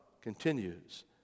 continues